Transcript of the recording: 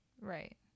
right